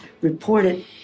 reported